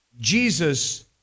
Jesus